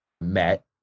met